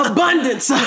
Abundance